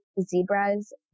zebras